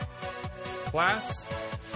class